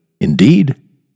indeed